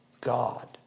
God